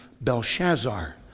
Belshazzar